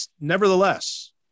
Nevertheless